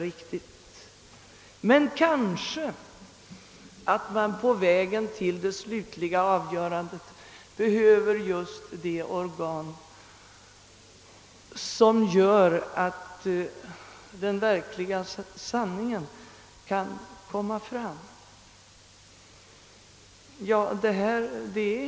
Men kanske behövs på vägen mot det slutliga avgörandet just det organ som gör att den verkliga sanningen kan komma i dagen.